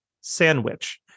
sandwich